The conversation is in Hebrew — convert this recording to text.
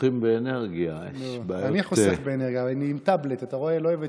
אני חייבת לומר: ראוי